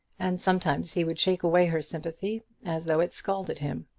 and sometimes he would shake away her sympathy as though it scalded him.